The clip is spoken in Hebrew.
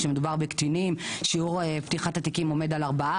כשמדובר בקטינים, שיעור פתיחת התיקים עומד על 4%,